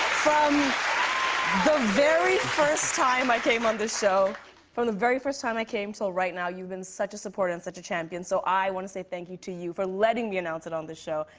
from the very first time i came on this show from the very first time i came till right now, you've been such a supporter and such a champion. so i want to say thank you to you for letting me announce it on this show,